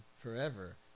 forever